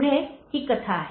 पुढे ही कथा आहे